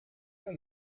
der